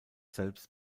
selbst